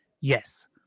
yes